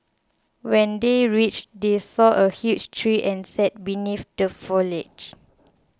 when they reached they saw a huge tree and sat beneath the foliage